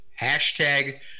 Hashtag